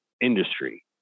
industry